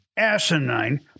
asinine